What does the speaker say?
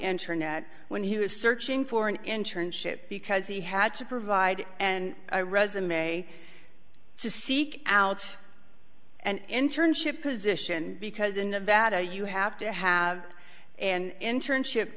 internet when he was searching for an internship because he had to provide and a resume to seek out and internship position because in nevada you have to have and internship